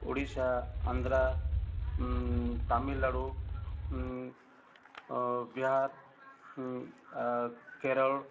Odisha Andhra Tamil Nadu Bihar Kerala